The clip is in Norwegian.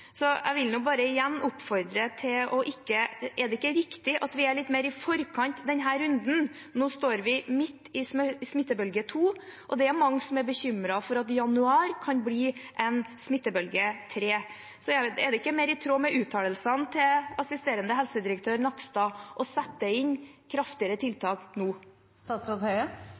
Så jeg vil bare igjen oppfordre: Er det ikke riktig at vi er litt mer i forkant i denne runden? Nå står vi midt i smittebølge to, og det er mange som er bekymret for at det i januar kan bli en smittebølge tre. Er det ikke mer i tråd med uttalelsene til assisterende helsedirektør Nakstad å sette inn kraftigere tiltak nå?